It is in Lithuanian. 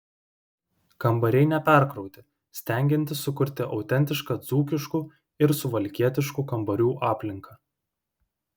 kambariai neperkrauti stengiantis sukurti autentišką dzūkiškų ir suvalkietiškų kambarių aplinką